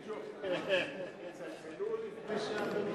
לא, יצלצלו לפני שאתם מודיעים?